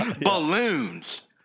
balloons